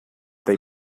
they